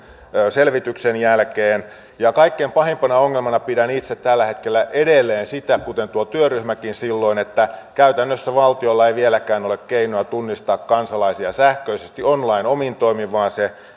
selvityksen jälkeen kaikkein pahimpana ongelmana pidän itse tällä hetkellä edelleen sitä kuten tuo työryhmäkin silloin että käytännössä valtiolla ei vieläkään ole keinoa tunnistaa kansalaisia sähköisesti online omin toimin vaan se